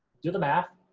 do the math,